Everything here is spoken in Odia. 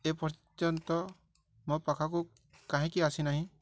ଏପର୍ଯ୍ୟନ୍ତ ମୋ ପାଖାକୁ କାହିଁକି ଆସିନାହିଁ